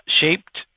shaped